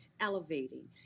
elevating